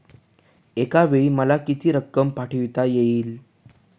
एकावेळी मला किती रक्कम पाठविता येईल?